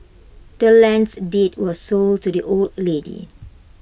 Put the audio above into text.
the land's deed was sold to the old lady